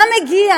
מה מגיע?